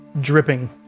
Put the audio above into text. dripping